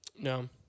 No